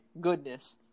goodness